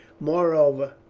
moreover,